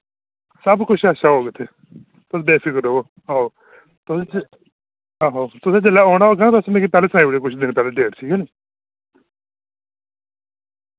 सब कुछ अच्छा होग इत्थै तुस बे फिकर रवो आहो तुस जि आहो तुसें जिल्लै आना होग ना तुस मिगी पैह्लै सनाई ओड़ेओ कुछ दिन पैह्लै डेट ठीक ऐ नी